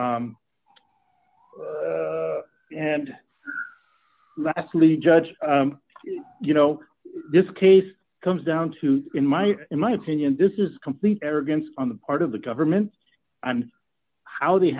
and lastly judge you know this case comes down to in my in my opinion this is complete arrogance on the part of the government and how they